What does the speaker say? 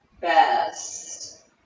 best